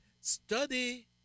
Study